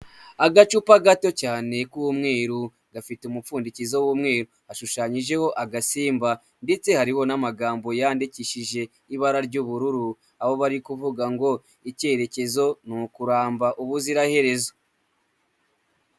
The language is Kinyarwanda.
Agacupa gato cyane k'umweru. Gafite umupfundikizo w'umweru. Gashushanyijeho agasimba ndetse hari n'amagambo yandikishije ibara ry'ubururu, aho bari kuvuga ngo:" Icyerekezo ni ukuramba ubuziraherezo."